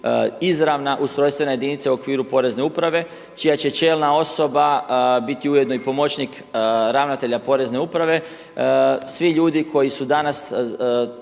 izravna ustrojstvena jedinica u okviru Porezne uprave čija će čelna osoba biti ujedno i pomoćnik ravnatelja Porezne uprave. Svi ljudi koji su danas